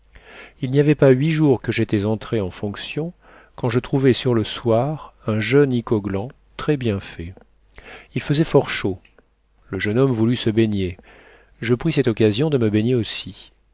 il n'y avait pas huit jours que j'étais entré en fonction quand je trouvai sur le soir un jeune icoglan très bien fait il fesait fort chaud le jeune homme voulut se baigner je pris cette occasion de me baigner aussi